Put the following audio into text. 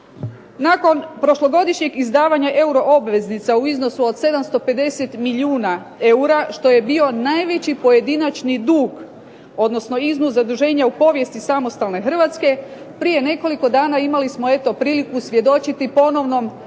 Nakon prošlogodišnjeg izdavanja euro obveznica u iznosu od 750 milijuna eura što je bio najveći pojedinačni dug, odnosno iznos zaduženja u povijesti samostalne Hrvatske. Prije nekoliko dana imali smo eto priliku svjedočiti ponovno